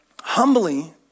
humbly